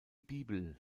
bibel